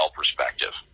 perspective